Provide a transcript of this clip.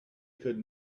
could